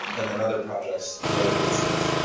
and then, other projects, the other cases,